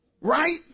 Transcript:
Right